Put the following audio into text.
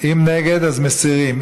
אם נגד, מסירים.